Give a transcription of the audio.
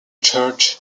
church